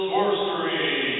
Sorcery